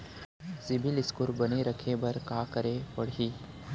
CIBIL score बने रखे बर का करे पड़ही?